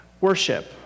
worship